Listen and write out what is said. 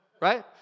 right